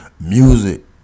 Music